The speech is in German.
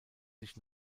sich